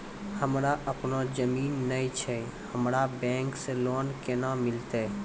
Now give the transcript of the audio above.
हमरा आपनौ जमीन नैय छै हमरा बैंक से लोन केना मिलतै?